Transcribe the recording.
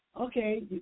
Okay